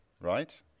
right